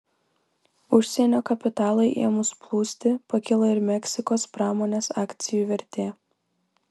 užsienio kapitalui ėmus plūsti pakilo ir meksikos pramonės akcijų vertė